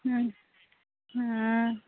हँ हँ